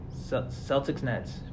Celtics-Nets